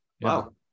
Wow